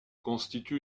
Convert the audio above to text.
constitue